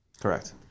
Correct